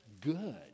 good